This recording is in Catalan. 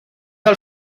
del